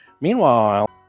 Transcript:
Meanwhile